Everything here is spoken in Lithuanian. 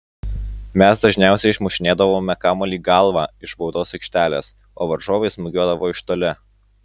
mes dažniausiai išmušinėdavome kamuolį galva iš baudos aikštelės o varžovai smūgiuodavo iš toli